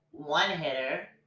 One-hitter